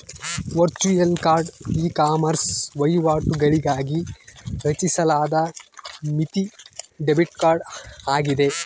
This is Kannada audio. ವರ್ಚುಯಲ್ ಕಾರ್ಡ್ ಇಕಾಮರ್ಸ್ ವಹಿವಾಟುಗಳಿಗಾಗಿ ರಚಿಸಲಾದ ಮಿತಿ ಡೆಬಿಟ್ ಕಾರ್ಡ್ ಆಗಿದೆ